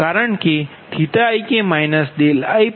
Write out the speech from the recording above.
કારણ કે ik ikik છે